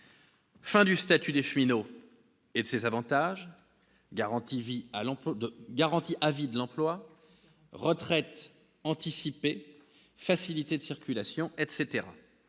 fin du statut de cheminot et de ses avantages- garantie à vie de l'emploi, retraite anticipée, facilités de circulation, etc.